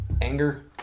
anger